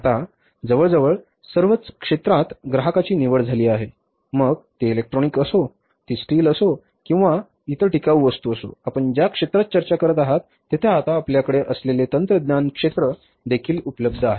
आता जवळजवळ सर्वच क्षेत्रांत ग्राहकाची निवड झाली आहे मग ती इलेक्ट्रॉनिक्स असो ती स्टील असो किंवा ग्राहक इतर टिकाऊ वस्तू असो आपण ज्या क्षेत्रात चर्चा करत आहात तेथे आता आपल्याकडे असलेले तंत्रज्ञान क्षेत्र देखील उपलब्ध आहेत